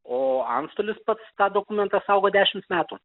o antstolis pats tą dokumentą saugo dešimt metų